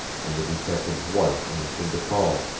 and the detective's wife answered the call.